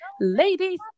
ladies